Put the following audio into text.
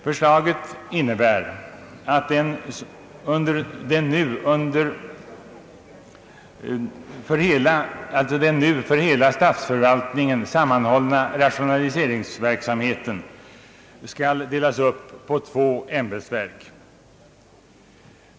Förslaget innebär att den nu för hela statsförvaltningen sammanhållna rationaliseringsverksamheten skall delas upp på två ämbetsverk.